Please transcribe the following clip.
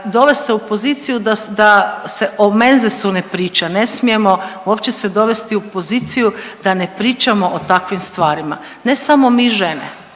dovest se u poziciju da se o menzesu ne priča, ne smijemo uopće se dovesti u poziciju da ne pričamo o takvim stvarima, ne samo mi žene